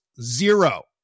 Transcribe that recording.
zero